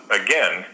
again